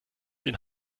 den